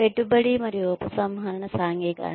పెట్టుబడి మరియు ఉపసంహరణ సాంఘికీకరణ